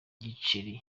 giceri